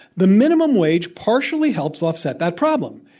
the minimum wage partially helps offset that problem.